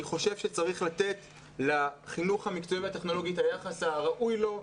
אני חושב שצריך לתת לחינוך המקצועי והטכנולוגי את היחס הראוי לו,